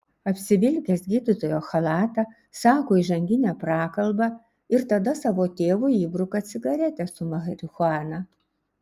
apsivilkęs gydytojo chalatą sako įžanginę prakalbą ir tada savo tėvui įbruka cigaretę su marihuana